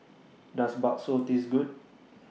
Does Bakso Taste Good